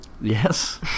Yes